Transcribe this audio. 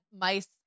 mice